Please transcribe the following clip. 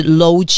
low